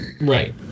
right